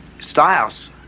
Styles